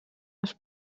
els